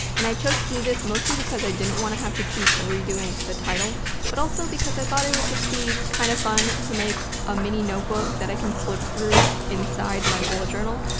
and i chose to do this mostly because i didn't wanna have to keep redoing the title but also because i thought it would just be kinda kind of fun to make a mini notebook that i can flip through inside my bullet journal.